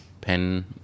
pen